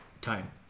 Time